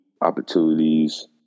opportunities